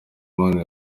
imana